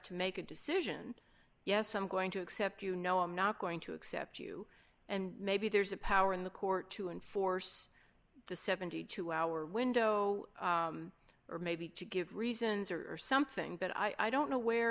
to make a decision yes i'm going to accept you know i'm not going to accept you and maybe there's a power in the court to enforce the seventy two hour window or maybe give reasons or something but i don't know where